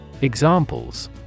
EXAMPLES